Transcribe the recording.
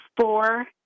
four